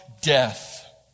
death